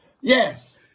Yes